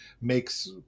makes